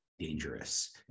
Dangerous